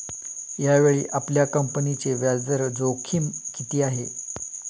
यावेळी आपल्या कंपनीची व्याजदर जोखीम किती आहे?